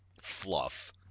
fluff